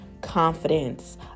confidence